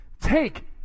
take